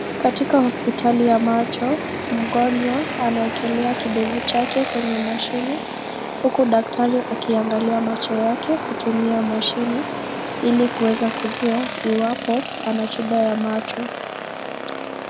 Katika hospitali ya macho, mgonjwa, anaekelea kidevu chake kwenye mashini, huku daktari akiangalia macho yake, kutumia mashini, ili kuweza kujua iwapo, ana shida ya macho.